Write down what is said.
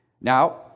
now